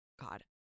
God